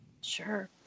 Sure